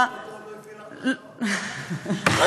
את מברכת אותו, הוא לא הפעיל לך את השעון.